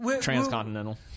transcontinental